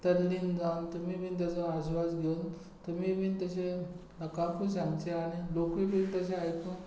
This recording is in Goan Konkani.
तल्लीन जावन तुमी बी ताजो आस्वाद घेवन तुमी बी तशें लोकांक सांगचें आनी लोकूय बी तशे आयकून ते